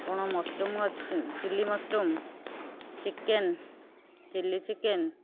ଆପଣ mushroom chilli mushroom chicken chilli chicken